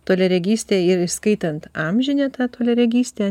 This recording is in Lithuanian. toliaregystė ir įskaitant amžinę toliaregystę